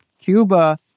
Cuba